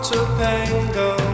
Topanga